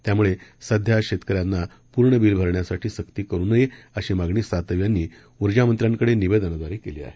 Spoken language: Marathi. त्यामुळे सध्या शेतकऱ्यांना पूर्ण बिल भरण्यासाठी सक्ती करू नये अशी मागणी सातव यांनी उर्जामंत्र्यांकडे निवेदनाद्वारे केली आहे